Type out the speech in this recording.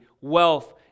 wealth